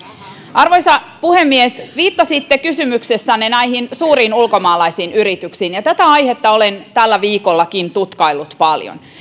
arvoisa puhemies viittasitte kysymyksessänne näihin suuriin ulkomaalaisiin yrityksiin ja tätä aihetta olen tällä viikollakin tutkaillut paljon